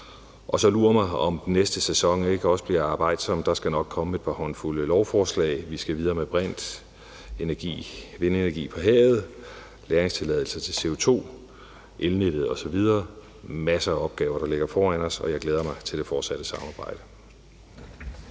og lur mig, om den næste sæson ikke også bliver arbejdsom. Der skal nok komme et par håndfulde lovforslag. Vi skal videre med brintenergi, vindenergi på havet, lagringstilladelser til CO2, elnettet osv. Der er masser af opgaver, der ligger foran os, og jeg glæder mig til det fortsatte samarbejde.